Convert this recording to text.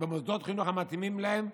במוסדות חינוך המתאימים להם,